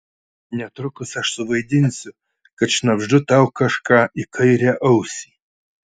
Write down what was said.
netrukus aš suvaidinsiu kad šnabždu tau kažką į kairę ausį